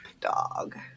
dog